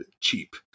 Cheap